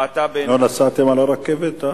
לא נסעתם ברכבת?